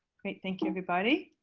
great. thank you, everybody.